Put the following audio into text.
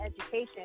education